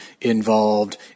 involved